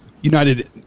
United